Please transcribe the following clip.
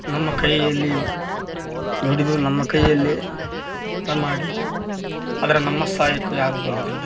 ನಮ್ಮ ಕೈಯ್ಯಲ್ಲಿ ದುಡಿದು ನಮ್ಮ ಕೈಯ್ಯಲ್ಲಿ ಊಟ ಮಾಡಿ ಆದ್ರೆ ನಮ್ಮ ಸಹಾಯಕ್ಕು ಯಾರು ಬರುವುದಿಲ್ಲ